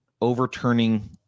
overturning